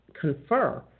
confer